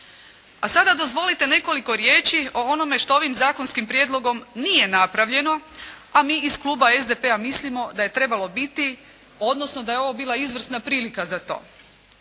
A sada dozvolite nekoliko riječi o onome što ovim zakonskim prijedlogom nije napravljeno a mi iz Kluba SDP-a, mislimo da je trebalo biti, odnosno da je ovo bila izvrsna prilika za to.